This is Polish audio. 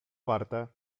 warte